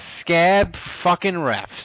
scab-fucking-refs